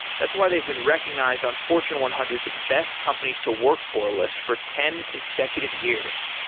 that's why they've been recognized on fortune one hundred s best companies to work for list for ten consecutive years.